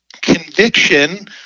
conviction